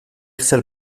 zer